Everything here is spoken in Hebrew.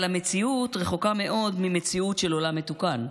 אבל המציאות רחוקה מאוד ממציאות של עולם מתוקן.